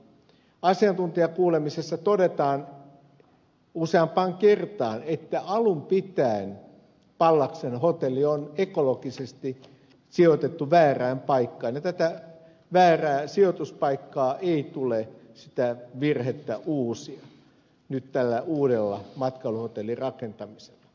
asiantuntijakuulemisessa todetaan useaan kertaan että alun pitäen pallaksen hotelli on ekologisesti sijoitettu väärään paikkaan ja tätä väärän sijoituspaikan virhettä ei tule uusia nyt tällä uuden matkailuhotellin rakentamisella